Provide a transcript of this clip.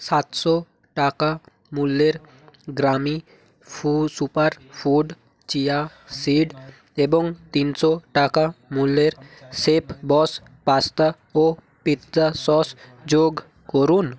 সাতশো টাকা মূল্যের গ্রামি ফু সুপারফুড চিয়া সীড এবং তিনশো টাকা মূল্যের শেফ বস পাস্তা ও পিৎজা সস যোগ করুন